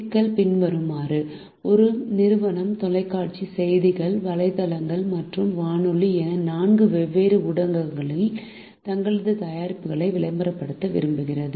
சிக்கல் பின்வருமாறு ஒரு நிறுவனம் தொலைக்காட்சி செய்தித்தாள் வலைத்தளங்கள் மற்றும் வானொலி என நான்கு வெவ்வேறு ஊடகங்களில் தங்கள் தயாரிப்புகளை விளம்பரப்படுத்த விரும்புகிறது